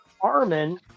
armin